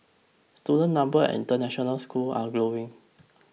student numbers at international schools are growing